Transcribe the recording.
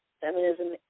Feminism